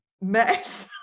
mess